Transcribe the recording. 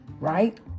Right